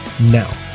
Now